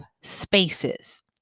spaces